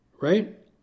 right